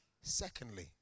Secondly